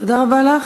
תודה רבה לך.